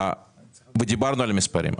דיברנו שם על המספרים.